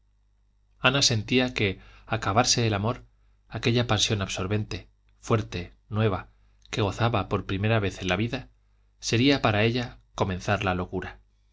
ana sentía que acabarse el amor aquella pasión absorbente fuerte nueva que gozaba por la primera vez en la vida sería para ella comenzar la locura